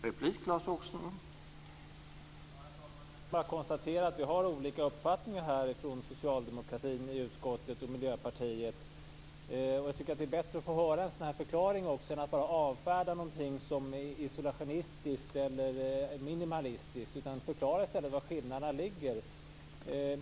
Herr talman! Jag kan bara konstatera att vi har olika uppfattningar, socialdemokraterna och miljöpartisterna i utskottet. Det är bättre att få höra en förklaring än att bara bli avfärdad med att vi är isolationistiska eller minimalistiska. Förklara i stället var skillnaderna ligger!